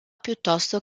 piuttosto